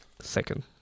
Second